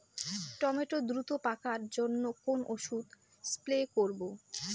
Tomato দ্রুত পাকার জন্য কোন ওষুধ স্প্রে করব?